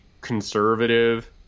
conservative –